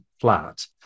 flat